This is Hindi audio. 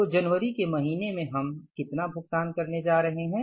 तो जनवरी के महीने में हम कितना भुगतान करने जा रहे हैं